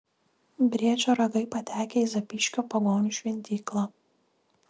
briedžio ragai patekę į zapyškio pagonių šventyklą